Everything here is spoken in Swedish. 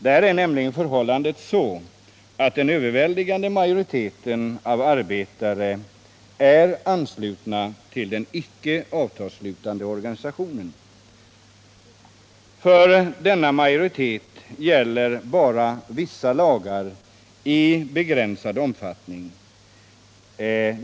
Där är nämligen förhållandet det att den överväldigade majoriteten av arbetare är ansluten till den icke avtalsslutande organisationen. För denna majoritet gäller vissa lagar bara i begränsad omfattning.